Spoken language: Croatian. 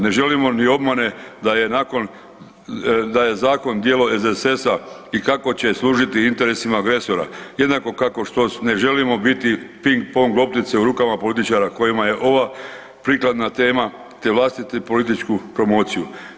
Ne želimo ni obmane da je zakon djelo SDSS-a i kako će služiti interesima agresora jednako kako što ne želimo biti ping pong loptice u rukama političara kojima je ova prikladna tema te vlastitu političku promociju.